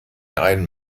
einen